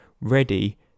ready